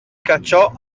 cacciò